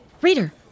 reader